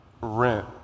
rent